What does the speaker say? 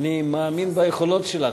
אני מאמין ביכולות שלך.